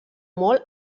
molt